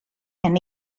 and